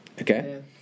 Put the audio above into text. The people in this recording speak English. Okay